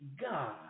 God